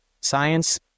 science